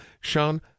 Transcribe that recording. Sean